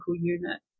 unit